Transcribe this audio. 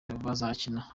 bazakina